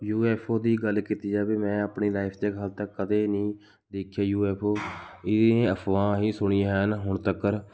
you F O ਦੀ ਗੱਲ ਕੀਤੀ ਜਾਵੇ ਮੈਂ ਆਪਣੀ ਲਾਈਫ 'ਤੇ ਹਾਲੇ ਤੱਕ ਕਦੇ ਨਹੀਂ ਦੇਖਿਆ ਯੂ ਐੱਫ ਓ ਇਹਦੀਆਂ ਅਫਵਾਹ ਹੀ ਸੁਣੀਆਂ ਹਨ ਹੁਣ ਤੱਕਰ